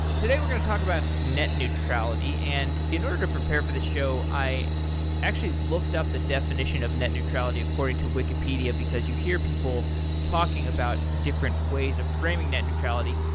today we're going to talk about net neutrality, and in order to prepare for the show, i actually looked up the definition of net neutrality according to wikipedia because you hear people talking about different ways of framing net neutrality.